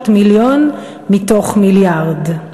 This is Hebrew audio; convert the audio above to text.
300 מיליון מתוך מיליארד.